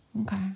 okay